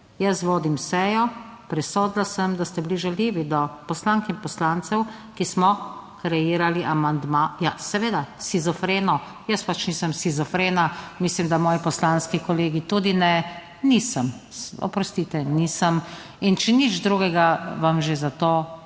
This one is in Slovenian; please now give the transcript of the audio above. Jaz vodim sejo. Presodila sem, da ste bili žaljivi do poslank in poslancev, ki smo kreirali amandma ... Ja, seveda, "shizofreno". Jaz pač nisem shizofrena, mislim, da moji poslanski kolegi tudi ne. Nisem, oprostite, nisem. In če nič drugega vam že zato,